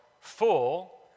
full